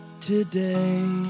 today